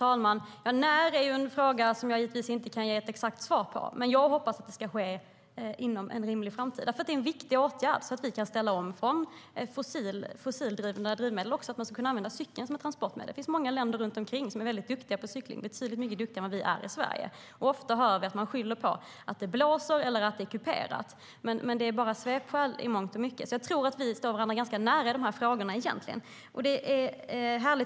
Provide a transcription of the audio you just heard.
Fru talman! Frågan om när kan jag givetvis inte ge ett exakt svar på. Men jag hoppas att det ska ske inom en rimlig framtid. Det är en viktig åtgärd så att vi kan ställa om från fossildrivna färdmedel och använda cykeln som transportmedel. Det finns många länder runt omkring som är duktiga på cykling, betydligt duktigare än vi är i Sverige. Man skyller ofta på att det blåser eller är kuperat. Men det är bara svepskäl. Jag tror att vi står ganska nära varandra i de här frågorna egentligen. Det är härligt.